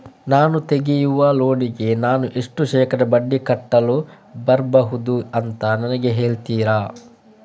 ನಾನು ತೆಗಿಯುವ ಲೋನಿಗೆ ನಾನು ಎಷ್ಟು ಶೇಕಡಾ ಬಡ್ಡಿ ಕಟ್ಟಲು ಬರ್ಬಹುದು ಅಂತ ನನಗೆ ಹೇಳ್ತೀರಾ?